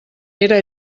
era